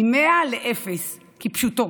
מ-100 לאפס, כפשוטו.